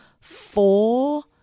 four